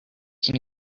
can